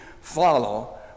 follow